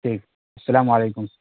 ٹھیک السلام علیکم